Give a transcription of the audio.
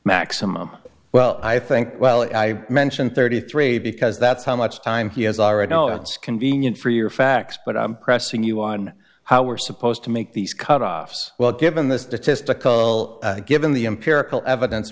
maximum well i think well i mentioned thirty three because that's how much time he has all right no it's convenient for your facts but i'm pressing you on how we're supposed to make these cutoffs well given the statistical given the empirical evidence